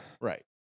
Right